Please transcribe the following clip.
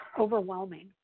overwhelming